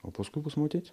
o paskui bus matyt